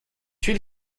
huile